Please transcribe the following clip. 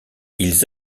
ils